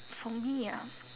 for me ah